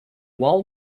wall